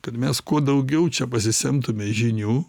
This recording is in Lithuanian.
kad mes kuo daugiau čia pasisemtume žinių